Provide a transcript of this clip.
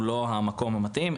הוא לא המקום המתאים.